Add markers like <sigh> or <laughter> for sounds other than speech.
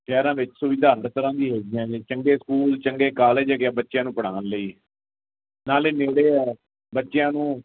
ਸ਼ਹਿਰਾਂ ਵਿੱਚ <unintelligible> ਵੀ ਹੈਗੀਆਂ ਨੇ ਚੰਗੇ ਸਕੂਲ ਚੰਗੇ ਕਾਲਜ ਹੈਗੇ ਬੱਚਿਆਂ ਨੂੰ ਪੜ੍ਹਾਉਣ ਲਈ ਨਾਲੇ ਨੇੜੇ ਆ ਬੱਚਿਆਂ ਨੂੰ